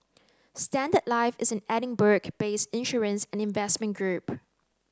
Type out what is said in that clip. Standard Life is an Edinburgh based insurance and investment group